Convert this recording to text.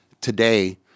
today